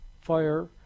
fire